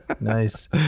nice